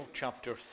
chapter